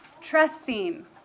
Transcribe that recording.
trusting